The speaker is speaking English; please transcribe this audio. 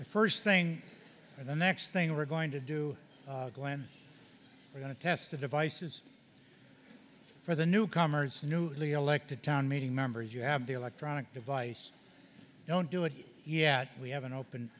the first thing and the next thing we're going to do glenn we're going to test the devices for the newcomers newly elected town meeting members you have the electronic device don't do it yet we have an open